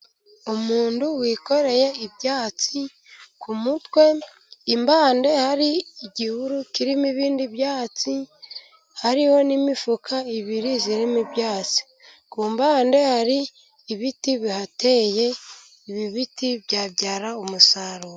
Umuntu wikoreye ibyatsi ku mutwe. Impande hari igihuru kirimo ibindi byatsi. Hariho n'imifuka ibiri irimo ibyatsi, ku mpande hari ibiti bihateye. Ibi biti byabyara umusaruro.